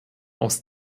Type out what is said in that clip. aus